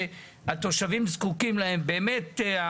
שהתושבים זקוקים להם באמת.